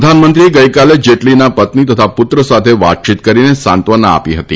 પ્રધાનમંત્રીએ ગઇકાલે જેટલીના પત્ની તથા પુત્ર સાથે વાતચીત કરીને સાંત્વના આપી હતી